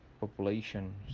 population